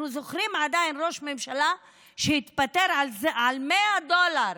אנחנו זוכרים עדיין ראש ממשלה שהתפטר על 100 דולר